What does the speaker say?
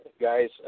guys